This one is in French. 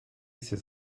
ces